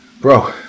Bro